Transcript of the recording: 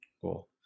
Cool